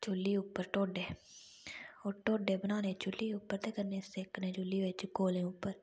चुल्ली उप्पर ढोडे ओह् ढोडे बनाने चुल्ली उप्पर ते कन्नै सेकने चुल्ली बिच्च कोलें उप्पर